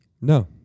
No